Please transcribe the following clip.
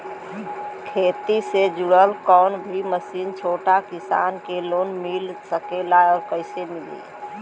खेती से जुड़ल कौन भी मशीन छोटा किसान के लोन मिल सकेला और कइसे मिली?